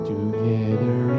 Together